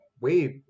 wait